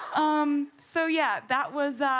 um, so, yeah. that was.